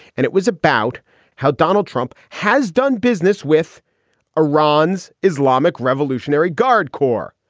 and it was about how donald trump has done business with iran's islamic revolutionary guard corps.